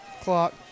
clock